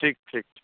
ठीक ठीक ठीक